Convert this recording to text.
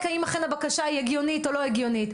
האם אכן הבקשה היא הגיונית או לא הגיונית.